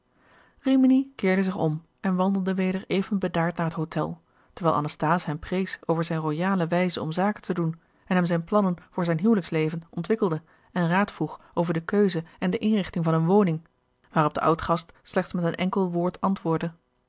rimini keerde zich om en wandelde weder even bedaard naar het hotel terwijl anasthase hem prees over zijne royale wijze om zaken te doen en hem zijne plannen voor zijn huwelijksleven ontwikkelde en raad vroeg over de keuze en de inrichting van eene woning waarop de oudgast slechts met een enkel woord antwoordde